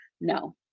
No